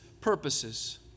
purposes